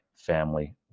family